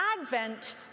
Advent